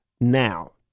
now